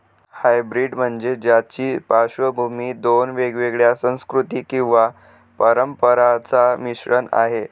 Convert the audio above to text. hybrid म्हणजे ज्याची पार्श्वभूमी दोन वेगवेगळ्या संस्कृती किंवा परंपरांचा मिश्रण आहे